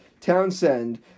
Townsend